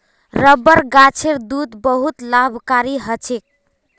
rubber गाछेर दूध बहुत लाभकारी ह छेक